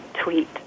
tweet